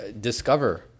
discover